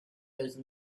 those